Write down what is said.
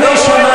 שקל?